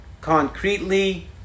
concretely